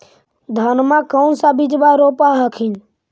धनमा कौन सा बिजबा रोप हखिन?